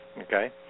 okay